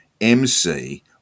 MC